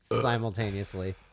simultaneously